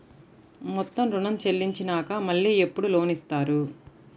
మొత్తం ఋణం చెల్లించినాక మళ్ళీ ఎప్పుడు లోన్ ఇస్తారు?